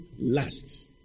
last